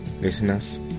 listeners